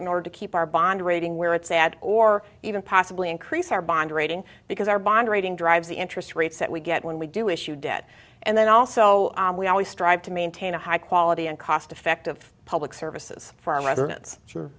in order to keep our bond rating where it's add or even possibly increase our bond rating because our bond rating drives the interest rates that we get when we do issue debt and then also we always strive to maintain high quality and cost effective public services for whether that's